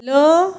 hello